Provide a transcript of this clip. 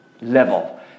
level